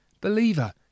Believer